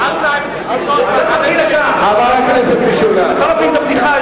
אם אתה לא מבין את הבדיחה,